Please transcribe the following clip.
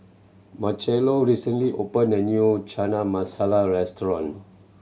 Marchello recently open a new Chana Masala Restaurant